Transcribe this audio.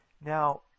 Now